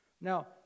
Now